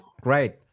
great